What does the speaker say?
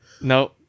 No